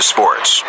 Sports